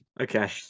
Okay